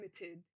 limited